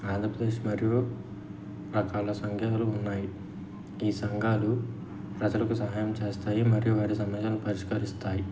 ఆంధ్రప్రదేశ్ మరియు రకాల సంఘములు ఉన్నాయి ఈ సంఘాలు ప్రజలకు సహాయం చేస్తాయి మరియు వారి సమస్యను పరిష్కరిస్తాయి